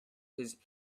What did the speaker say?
his